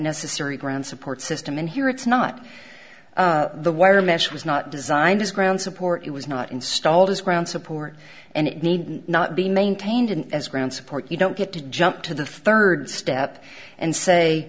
necessary ground support system and here it's not the wire mesh was not designed as ground support it was not installed as ground support and it need not be maintained and as ground support you don't get to jump to the third step and say